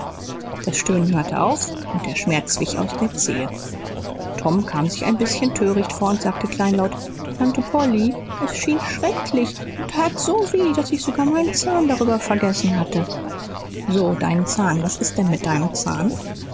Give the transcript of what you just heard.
das stöhnen hörte auf und der schmerz wich aus der zehe tom kam sich ein bißchen töricht vor und sagte kleinlaut tante polly es schien schrecklich und tat so weh daß ich sogar meinen zahn darüber vergessen hatte so deinen zahn was ist denn mit deinem zahn